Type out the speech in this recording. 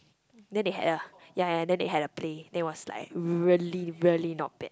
then they had a ya ya ya then they had a play then it was like really really not bad